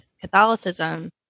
Catholicism